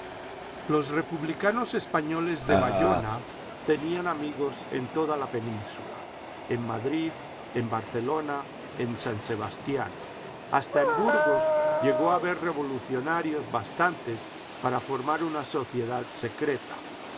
los republicanos españoles de bayona tenían amigos en toda la península en madrid en barcelona en san sebastián hasta en burgos llegó a haber revolucionarios bastantes para formar una sociedad secreta